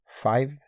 five